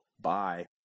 Bye